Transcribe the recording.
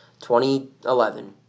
2011